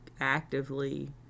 actively